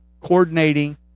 Coordinating